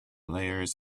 layers